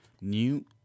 New